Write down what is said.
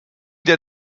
der